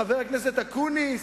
חבר הכנסת אקוניס,